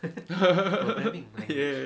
yes